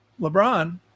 LeBron